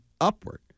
upward